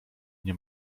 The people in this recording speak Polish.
nie